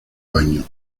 baño